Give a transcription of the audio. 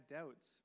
doubts